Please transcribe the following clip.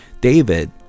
David